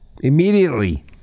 immediately